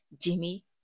Jimmy